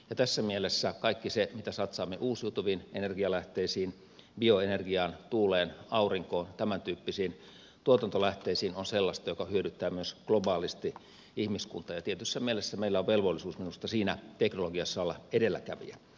ja tässä mielessä kaikki se mitä satsaamme uusiutuviin energialähteisiin bioenergiaan tuuleen aurinkoon tämäntyyppisiin tuotantolähteisiin on sellaista joka hyödyttää myös globaalisti ihmiskuntaa ja tietyssä mielessä meillä on velvollisuus minusta siinä teknologiassa olla edelläkävijä